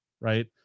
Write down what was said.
right